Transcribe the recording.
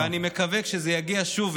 וכשזה יגיע שוב,